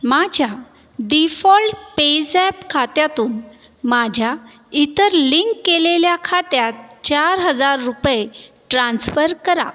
माझ्या default PayZapp खात्यातून माझ्या इतर लिंक केलेल्या खात्यात चार हजार रुपये ट्रान्स्फर करा